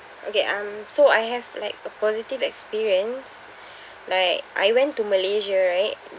okay umm so I have like a positive experience like I went to malaysia right